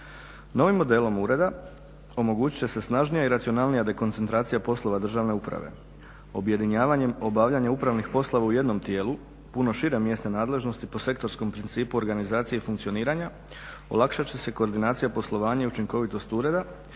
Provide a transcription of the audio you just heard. Novim modelom ureda omogućuje se snažnija i racionalnija dekoncentracija poslova državne uprave, objedinjavanjem obavljanja upravnih poslova u jednom tijelu puno šire mjesne nadležnosti po sektorskom principu organizacije i funkcioniranja olakšat će se koordinacija poslovanja i učinkovit ureda.